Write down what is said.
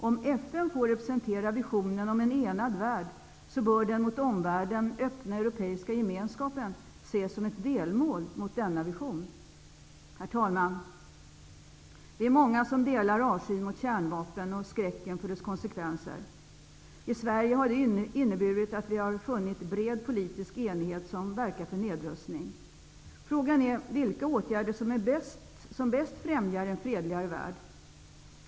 Om FN får representera visionen om en enad värld bör den mot omvärlden öppna europeiska gemenskapen ses som ett delmål mot denna vision. Herr talman! Vi är många som delar avskyn mot kärnvapen och skräcken för dess konsekvenser. I Sverige har det inneburit att vi har funnit en bred politisk enighet som verkar för nedrustning. Frågan är vilka åtgärder som bäst främjar en fredligare värld.